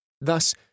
Thus